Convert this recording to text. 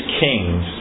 kings